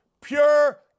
Pure